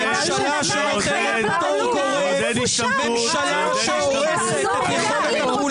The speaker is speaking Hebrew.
ממשלה שנותנת פטור גורף ושהורסת את יכולת הפעולה